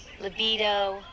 Libido